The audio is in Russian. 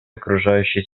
окружающей